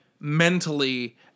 mentally